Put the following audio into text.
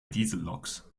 dieselloks